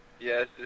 Yes